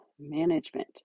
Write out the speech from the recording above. management